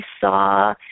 saw